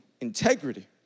integrity